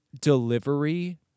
delivery